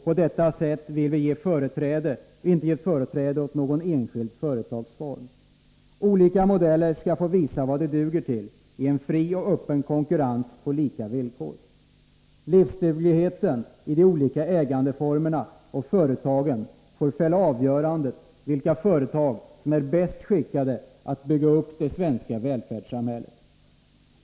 På detta sätt vill vi inte ge företräde åt någon enskild företagsform. Olika modeller skall få visa vad de duger till i fri och öppen konkurrens på lika villkor. Livsdugligheten i de olika ägandeformerna och företagen får fälla avgörandet i fråga om vilka företag som är bäst skickade att bygga upp det svenska välfärdssamhället.